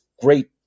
great